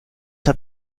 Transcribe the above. hab